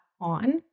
on